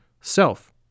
Self